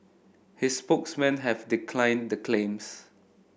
his spokesmen have declaim the claims